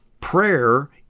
prayer